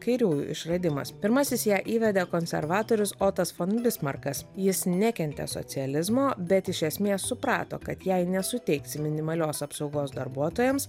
kairiųjų išradimas pirmasis ją įvedė konservatorius otas fon bismarkas jis nekentė socializmo bet iš esmės suprato kad jei nesuteiksi minimalios apsaugos darbuotojams